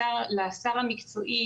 לשר המקצועי,